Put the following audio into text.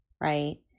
right